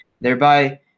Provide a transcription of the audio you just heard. thereby